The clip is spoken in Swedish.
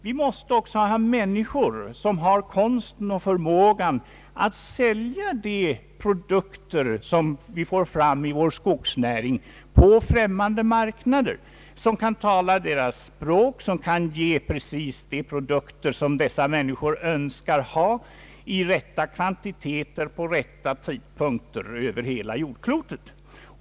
Vi måste också ha människor som kan konsten och har förmågan att sälja de produkter vi får fram i vår skogsnäring på främmande marknader, som kan tala kundernas språk på dessa marknader, som kan ge precis de produkter människorna Önskar ha i rätta kvantiteter och vid rätta tidpunkter över hela jordklotet.